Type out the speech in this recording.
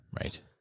Right